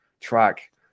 track